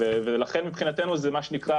ולכן, מבחינתנו זה מה שנקרא